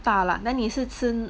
大辣 then 你是吃